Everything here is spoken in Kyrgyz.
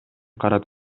карап